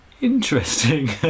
Interesting